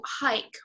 hike